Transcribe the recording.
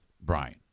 Brian